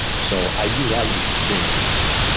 so i do like these extremes in my music.